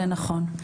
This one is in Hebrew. זה נכון.